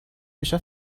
میشه